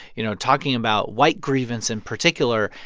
you know, talking about white grievance in particular,